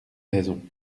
raison